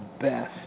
best